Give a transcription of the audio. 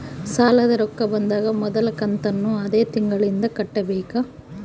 ಸಾಲದ ರೊಕ್ಕ ಬಂದಾಗ ಮೊದಲ ಕಂತನ್ನು ಅದೇ ತಿಂಗಳಿಂದ ಕಟ್ಟಬೇಕಾ?